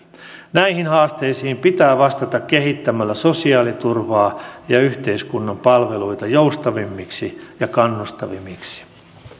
näihin haasteisiin pitää vastata kehittämällä sosiaaliturvaa ja yhteiskunnan palveluita joustavammiksi ja kannustavammiksi